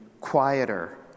quieter